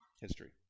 History